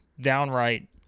downright